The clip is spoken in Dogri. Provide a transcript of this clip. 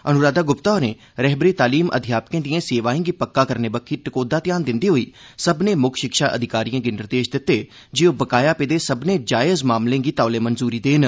अन्राधा गुप्ता होरें रहबरे तालीम अध्यापकें दिएं सेवाएं गी पक्का करने बक्खी टकोह्दा ध्यान दिंदे होई सब्भने मुक्ख शिक्षा अधिकारिएं गी निर्देश दित्ते जे ओह बकाया पेदे सब्भने जायज़ मामलें गी तौले मंजूरी देन